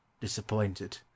disappointed